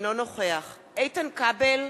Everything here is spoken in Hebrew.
אינו נוכח איתן כבל,